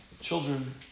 children